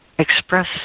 Express